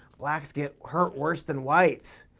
blacks get hurt worse than whites.